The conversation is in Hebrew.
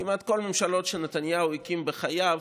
כמעט כל הממשלות שנתניהו הקים בחייו,